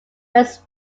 his